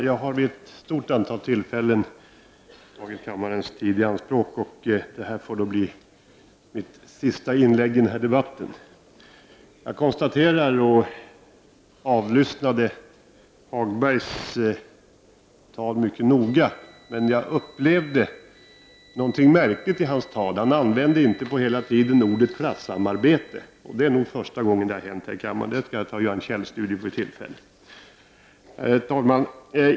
Herr talman! Vid ett stort antal tillfällen har jag tagit kammarens tid i anspråk, och det här får bli mitt sista inlägg i denna debatt. Jag lyssnade mycket noga på Lars-Ove Hagbergs tal. Men jag upplevde någonting märkligt i hans tal. Han använde inte på hela tiden ordet klassamarbete. Det är nog första gången han inte har gjort det här i kammaren; jag skall göra en källstudie om det vid tillfälle. Herr talman!